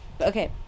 Okay